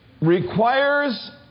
requires